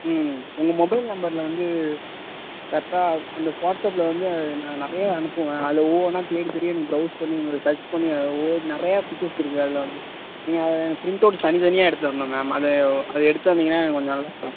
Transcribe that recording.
ம் ம் உங்கள் மொபைல் நம்பரில் வந்து கரெக்டாக அந்த வாட்ஸ்அப்பில் வந்து நான் நிறைய அனுப்புவேன் அதில் ஒவ்வொன்னாக தேடி தேடியே எனக்கு ப்ரொவ்ஸ் பண்ணி சர்ச் பண்ணி ஒவ்வொரு நிறைய பிக்ச்சர்ஸ் இருக்கு அதில் வந்து நீங்கள் அதில் எனக்கு ப்ரிண்ட்டவுட் தனி தனியாக எடுத்து தரணும் மேம் அதை அதை எடுத்து தந்தீங்கன்னா எனக்கு கொஞ்சம் நல்லாருக்கும்